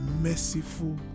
merciful